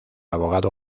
abogado